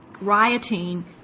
rioting